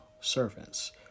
servants